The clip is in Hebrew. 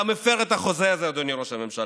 אתה מפר את החוזה הזה, אדוני ראש הממשלה: